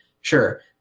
Sure